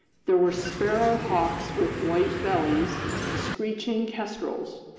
there were sparrow hawks with white bellies, and screeching kestrels.